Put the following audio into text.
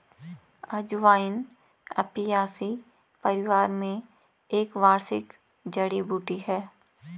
अजवाइन अपियासी परिवार में एक वार्षिक जड़ी बूटी है